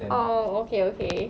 orh okay okay